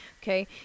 okay